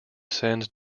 send